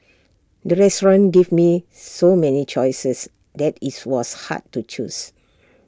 the restaurant gave me so many choices that IT was hard to choose